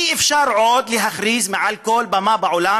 אי-אפשר עוד להכריז מעל כל במה בעולם